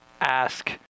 ask